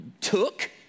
Took